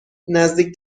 نزدیک